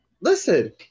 Listen